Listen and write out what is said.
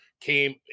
came